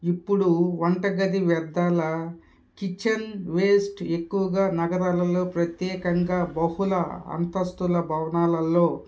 ఇప్పుడు వంట గది వ్యర్థాల కిచెన్ వేస్ట్ ఎక్కువగా నగరాలలో ప్రత్యేకంగా బహుళ అంతస్తుల భవనాలల్లో